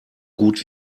gut